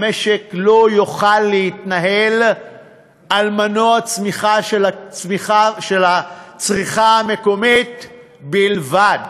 המשק לא יוכל להתנהל על מנוע צמיחה של הצריכה המקומית בלבד.